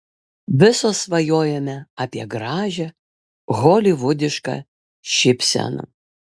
visos svajojame apie gražią holivudišką šypseną